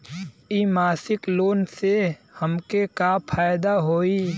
इ मासिक लोन से हमके का फायदा होई?